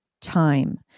time